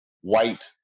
white